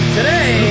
Today